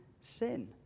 sin